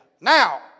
now